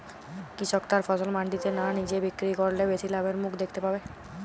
কৃষক তার ফসল মান্ডিতে না নিজে বিক্রি করলে বেশি লাভের মুখ দেখতে পাবে?